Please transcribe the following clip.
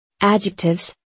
Adjectives